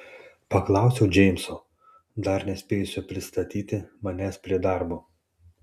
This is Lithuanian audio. paklausiau džeimso dar nespėjusio pristatyti manęs prie darbo